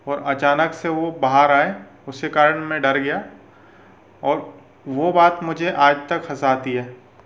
और अचानक से वो बाहर आए उसके कारण मैं डर गया और वो बात मुझे आजतक हँसाती है